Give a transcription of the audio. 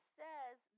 says